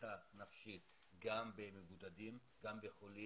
לתמיכה נפשית גם במבודדים, גם בחולים